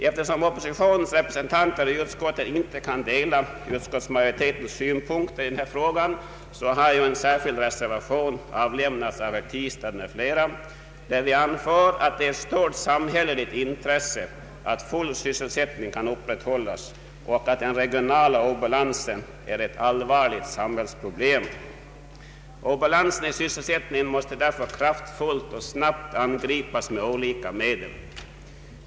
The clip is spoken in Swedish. Eftersom oppositionens representanter i utskottet inte kan dela utskottsmajoritetens synpunkter i denna fråga, har en särskild reservation avgivits av herr Tistad m.fl. Där anför vi reservanter att det är ett stort samhälleligt intresse att full sysselsättning kan upprätthållas och att den regionala obalansen är ett allvarligt samhällsproblem. Obalansen i sysselsättningen måste därför kraftfullt och snabbt angripas med olika medel.